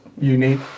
unique